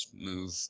move